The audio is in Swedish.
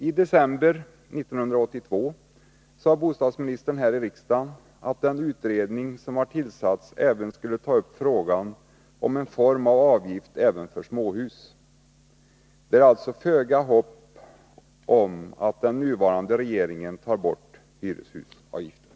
I december 1982 sade bostadsministern här i riksdagen att den utredning som tillsatts även skulle ta upp frågan om en form av avgift också för småhus. Det är alltså föga hopp om att den nuvarande regeringen tar bort hyreshusavgiften.